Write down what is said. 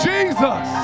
Jesus